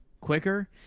quicker